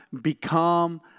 become